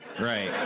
Right